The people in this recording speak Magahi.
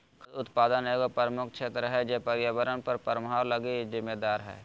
खाद्य उत्पादन एगो प्रमुख क्षेत्र है जे पर्यावरण पर प्रभाव लगी जिम्मेदार हइ